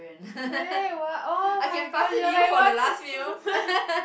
where what oh-my-god you're like what